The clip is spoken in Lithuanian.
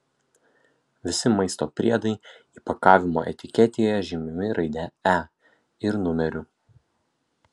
visi maisto priedai įpakavimo etiketėje žymimi raide e ir numeriu